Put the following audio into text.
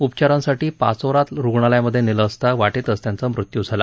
उपचारांसाठी पाचोरा रुग्णालयात नेत असताना वाटेतच त्यांचा मृत्यू झाला